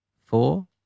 Four